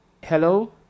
Hello